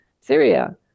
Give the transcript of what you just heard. Syria